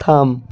থাম